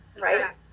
Right